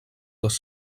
les